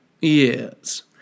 Yes